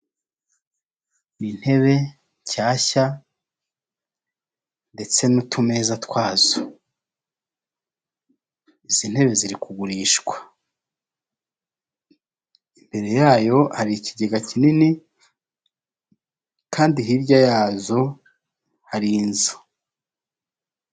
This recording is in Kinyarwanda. Ni intebe nshyashya ndetse n'utumeza twazo, izi ntebe ziri kugurishwa, imbere yayo hari ikigega kinini kandi hirya yazo hari inzu.